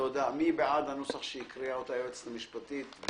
מי בעד הנוסח שהקריאה היועצת המשפטית?